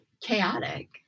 chaotic